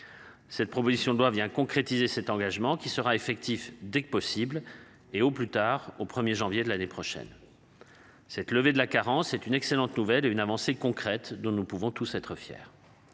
Cette proposition de loi vient concrétiser cet engagement qui sera effectif dès que possible et au plus tard au 1er janvier de l'année prochaine. Cette levée de la carence. C'est une excellente nouvelle et une avancée concrète dont nous pouvons tous être fiers.